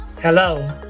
Hello